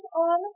on